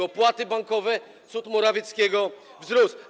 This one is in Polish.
Opłaty bankowe - cud Morawieckiego - wzrosły.